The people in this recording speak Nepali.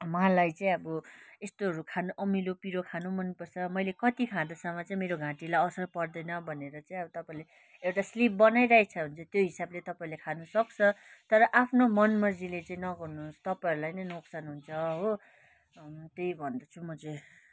मलाई चाहिँ अब यस्तोहरू खानु अमिलो पिरो खानु मन पर्छ मैले कति खाँदासम्म चाहिँ मेरो घाँटीलाई असर पर्दैन भनेर चाहिँ अब तपाईँले एउटा स्लिप बनाइराखेको छ भने त्यो हिसाबले तपाईँले खानु सक्छ तर आफ्नो मन मर्जीले चाहिँ नगर्नु होस् तपाईँहरूलाई नै नोक्सान हुन्छ हो त्यही भन्दछु म चाहिँ